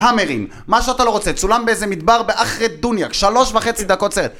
האמרים מה שאותה לא רוצה, צולם באיזה מדבר באחרדוניאק, שלוש וחצי דקות סרט.